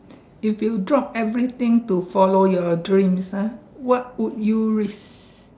if you drop everything to follow your dreams ah what would you risk